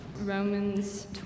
Romans